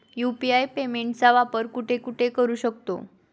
UPI पेमेंटचा वापर कुठे कुठे करू शकतो?